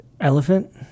Elephant